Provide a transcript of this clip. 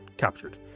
captured